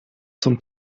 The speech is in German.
zum